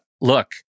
look